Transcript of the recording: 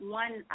one